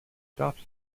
stops